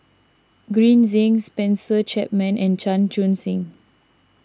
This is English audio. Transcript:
Green Zeng Spencer Chapman and Chan Chun Sing